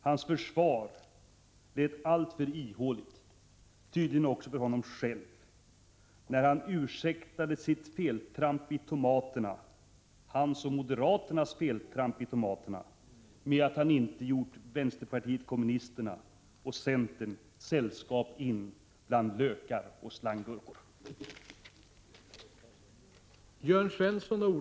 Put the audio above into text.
Hans försvar blev alltför ihåligt — tydligen också för honom själv — när han ursäktade sitt och moderaternas feltramp i tomaterna med att han inte gjort vänsterpartiet kommunisterna och centern sällskap in bland lökar och slanggurkor.